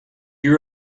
you